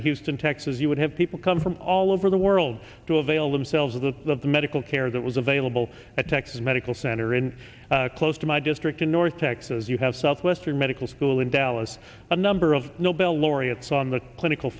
in houston texas you would have people come from all over the world to avail themselves of the medical care that was available at texas medical center in close to my district in north texas you have southwestern medical school in dallas a number of nobel laureates on the clinical